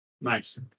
Nice